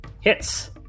hits